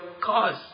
cause